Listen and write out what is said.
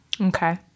Okay